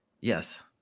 Yes